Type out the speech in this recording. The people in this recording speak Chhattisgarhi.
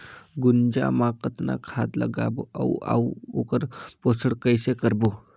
गुनजा मा कतना खाद लगाबो अउ आऊ ओकर पोषण कइसे करबो?